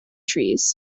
trees